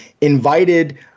invited